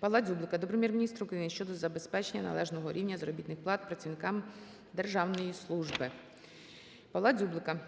ПавлаДзюблика до Прем'єр-міністра України щодо забезпечення належного рівня заробітних плат працівникам державної служби. ПавлаДзюблика